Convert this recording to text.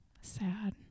Sad